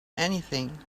anything